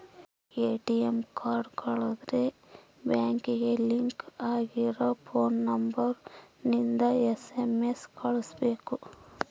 ATM card ಕಳುದ್ರೆ ಬ್ಯಾಂಕಿಗೆ link ಆಗಿರ ಫೋನ್ ನಂಬರ್ ಇಂದ ಎಸ್.ಎಮ್.ಎಸ್ ಕಳ್ಸ್ಬೆಕು